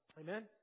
Amen